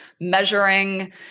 measuring